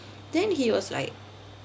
then he was like